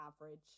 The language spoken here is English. average